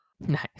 Nice